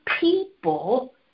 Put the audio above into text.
people